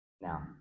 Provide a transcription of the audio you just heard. Now